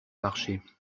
marché